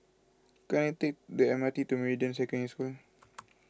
can I take the M R T to Meridian Secondary School